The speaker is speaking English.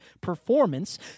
performance